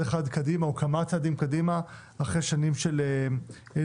אחד קדימה או כמה צעדים קדימה אחרי שנים של דשדוש.